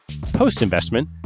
Post-investment